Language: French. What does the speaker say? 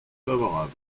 favorable